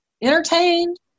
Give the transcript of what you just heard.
entertained